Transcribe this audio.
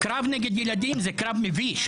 קרב נגד ילדים זה קרב מביש.